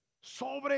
sobre